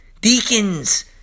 deacons